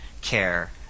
care